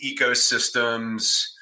ecosystems